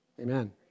Amen